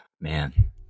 man